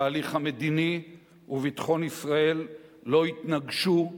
התהליך המדיני וביטחון ישראל לא יתנגשו,